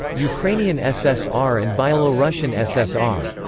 ukrainian ssr and byelorussian ssr.